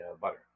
butter